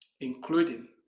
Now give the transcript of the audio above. including